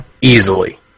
easily